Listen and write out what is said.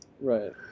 Right